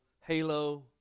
halo